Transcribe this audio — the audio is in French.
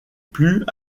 plus